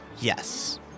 Yes